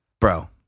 bro